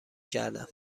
کردم